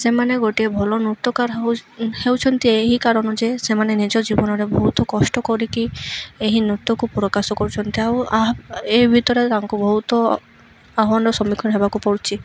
ସେମାନେ ଗୋଟିଏ ଭଲ ନୃତକାର ହେଉଛନ୍ତି ଏହି କାରଣ ଯେ ସେମାନେ ନିଜ ଜୀବନରେ ବହୁତ କଷ୍ଟ କରିକି ଏହି ନୃତ୍ୟକୁ ପ୍ରକାଶ କରୁଛନ୍ତି ଆଉ ଏ ଭିତରେ ତାଙ୍କୁ ବହୁତ ଆହ୍ୱାନର ସମ୍ମୁଖୀନ ହେବାକୁ ପଡ଼ୁଛି